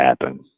happen